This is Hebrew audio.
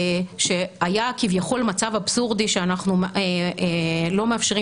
שהיה כביכול מצב אבסורדי שאנחנו לא מאפשרים